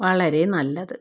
വളരെ നല്ലത്